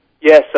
yes